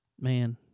man